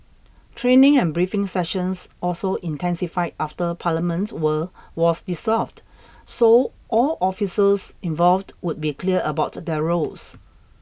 training and briefing sessions also intensified after Parliament were was dissolved so all officers involved would be clear about their roles